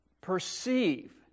perceive